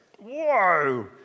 whoa